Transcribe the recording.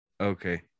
Okay